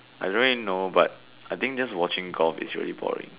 I don't really know but I think just watching golf is really boring